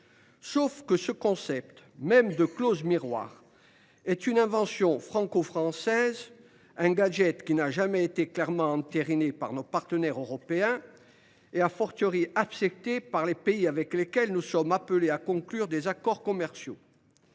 Sauf que ce concept même de clauses miroirs est une invention franco française, un gadget qui n’a jamais été clairement entériné par nos partenaires européens et accepté par les pays avec lesquels nous sommes appelés à conclure des accords commerciaux.